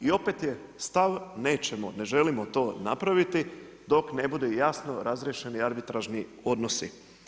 I opet je stav nećemo, ne želimo to napraviti dok ne bude jasno razriješeni arbitražni odnosi.